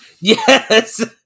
Yes